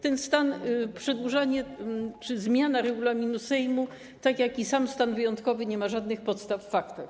Ten stan, przedłużanie czy zmiana regulaminu Sejmu, tak jak i sam stan wyjątkowy, nie mają żadnych podstaw w faktach.